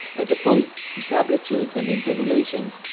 as opposed to tablatures and intabulations,